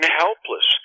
helpless